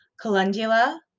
Calendula